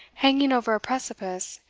hanging over a precipice,